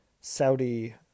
Saudi